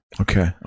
Okay